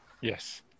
Yes